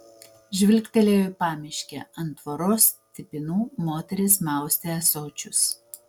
žvilgtelėjo į pamiškę ant tvoros stipinų moteris maustė ąsočius